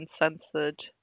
uncensored